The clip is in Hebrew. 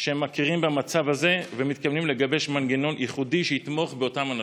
שהם מכירים במצב הזה ומתכוונים לגבש מנגנון ייחודי שיתמוך באותם אנשים.